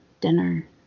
dinner